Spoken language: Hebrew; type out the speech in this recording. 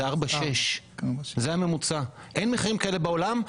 הממוצע הוא 4.6. אין מחירים כאלה בעולם.